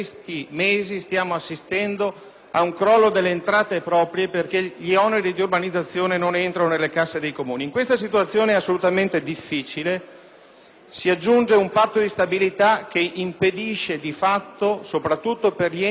al crollo delle entrate proprie, perché gli oneri di urbanizzazione non entrano più nelle casse dei Comuni. A questa situazione difficile si aggiunge il Patto di stabilità che impedisce di fatto, soprattutto agli enti più virtuosi, di